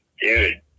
dude